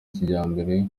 kijyambere